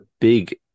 big